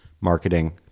marketing